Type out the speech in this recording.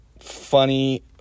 funny